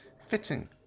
fitting